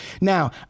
Now